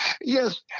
Yes